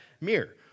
mirror